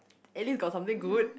at least got something good